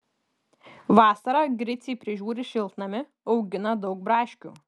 vasarą griciai prižiūri šiltnamį augina daug braškių